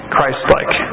Christ-like